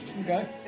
Okay